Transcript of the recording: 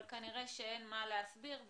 אבל כנראה שאין מה להסביר,